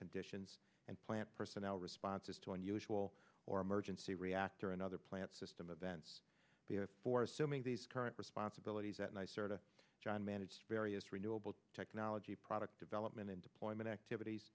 conditions and plant personnel responses to unusual or emergency reactor another plant system of vents the for assuming these current responsibilities that nicer to john manage various renewable technology product development and deployment activities